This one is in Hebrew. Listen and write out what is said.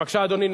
בבקשה, אדוני.